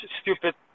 stupid